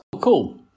Cool